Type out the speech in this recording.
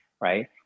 right